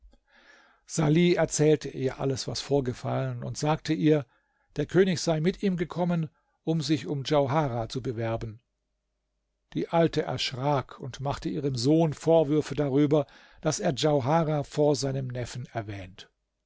salih erzählte ihr alles was vorgefallen und sagte ihr der könig sei mit ihm gekommen um sich um djauharah zu bewerben die alte erschrak und machte ihrem sohn vorwürfe darüber daß er djauharah vor seinem neffen erwähnt